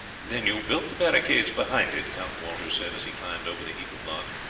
then you built the barricade behind it? count walter said as he climbed over the heap of logs.